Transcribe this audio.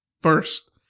first